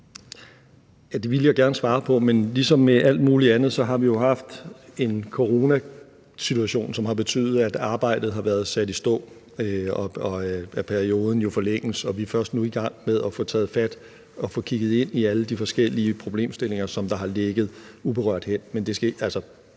Det ville jeg gerne svare på, men ligesom med alt mulig andet har vi jo haft en coronasituation, som har betydet, at arbejdet har været sat i stå, og at perioden forlænges. Og vi er jo først nu i gang med at få taget fat og få kigget ind i alle de forskellige problemstillinger, som har ligget uberørt hen.